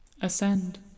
Ascend